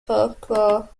folklore